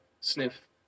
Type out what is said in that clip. Sniff